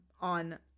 on